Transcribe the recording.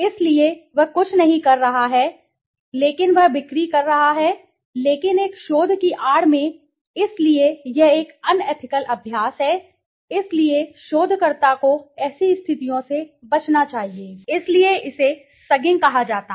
इसलिए वह कुछ नहीं कर रहा है लेकिन वह बिक्री कर रहा है लेकिन एक शोध की आड़ में इसलिए यह एक अनएथिकलअभ्यास है इसलिए शोधकर्ताओं को ऐसी स्थितियों से बचना चाहिए इसलिए इसे सगिंग कहा जाता है